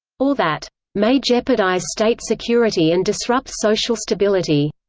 or that may jeopardize state security and disrupt social stability.